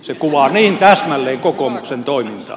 se kuvaa niin täsmälleen kokoomuksen toimintaa